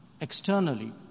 Externally